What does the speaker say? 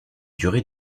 durée